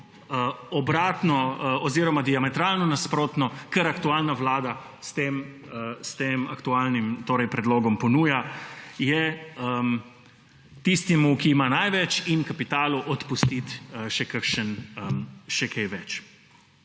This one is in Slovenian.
obratno oziroma diametralno nasprotno. Kar aktualna vlada z aktualnim predlogom ponuja, je, tistemu, ki ima največ, in kapitalu odpustiti še kaj več.